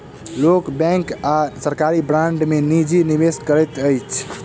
लोक बैंक आ सरकारी बांड में निजी निवेश करैत अछि